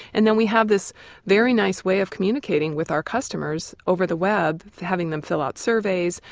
and then we have this very nice way of communicating with our customers over the web, having them fill out surveys,